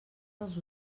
els